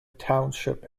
township